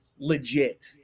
legit